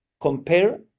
compare